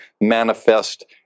manifest